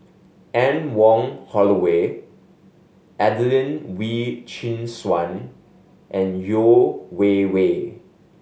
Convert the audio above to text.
Anne Wong Holloway Adelene Wee Chin Suan and Yeo Wei Wei